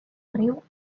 riu